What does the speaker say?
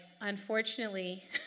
unfortunately